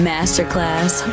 Masterclass